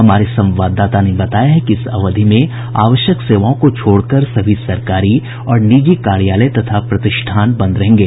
हमारे संवाददाता ने बताया है कि इस अवधि में आवश्यक सेवाओं को छोड़कर सभी सरकारी और निजी कार्यालय तथा प्रतिष्ठान बंद रहेंगे